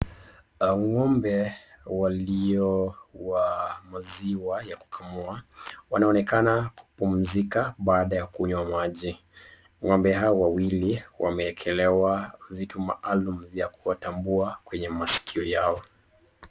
Ngombe walio wa maziwa ya kukamua. wanaonekana kupumzika baada ya kunywa maji, ngombe hawa wawili wamewekelewa vitu maalum vya kuwatambua kwenye maskio yao.